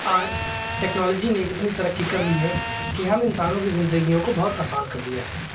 آج ٹیکنالوجی نے اتنی ترقی کر لی ہے کہ ہم انسانوں کی زندگیوں کو بہت آسان کر دیا ہے